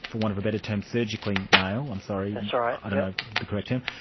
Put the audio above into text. for want of a better term, surgically male, i'm sorry, yeah so i don't know the correct term,